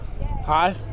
hi